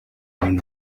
mwyn